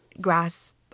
grasp